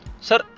Sir